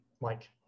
Mike